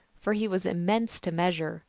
for he was immense to measure,